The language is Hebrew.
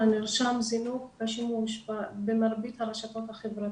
נרשם זינוק בשימוש במרבית הרשתות החברתיות.